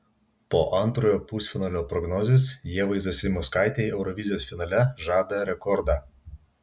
po antrojo pusfinalio prognozės ievai zasimauskaitei eurovizijos finale žada rekordą